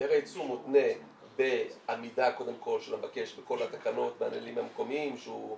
היתר הייצוא מותנה בעמידה של המבקש בכל התקנות בנהלים המקומיים שהוא,